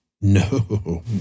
No